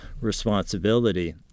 responsibility